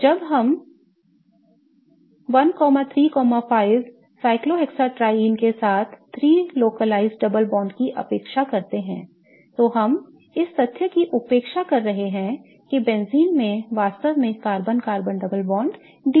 तो जब हम 1 3 5 cyclohexatriene से 3 स्थानीयकृत डबल बॉन्ड की अपेक्षा करते हैंतो हम इस तथ्य की उपेक्षा कर रहे हैं कि बेंजीन में वास्तव में carbon carbon double bond delocalized है